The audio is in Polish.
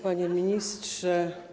Panie Ministrze!